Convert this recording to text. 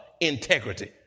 integrity